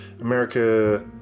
america